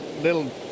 little